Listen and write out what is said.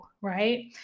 Right